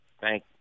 Thank